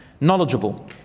Knowledgeable